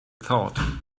thought